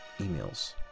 emails